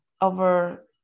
over